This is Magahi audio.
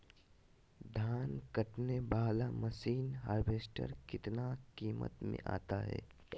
धान कटने बाला मसीन हार्बेस्टार कितना किमत में आता है?